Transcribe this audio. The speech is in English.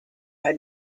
had